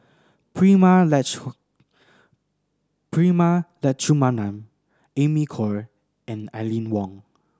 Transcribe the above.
Prema Prema Letchumanan Amy Khor and Aline Wong